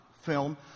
film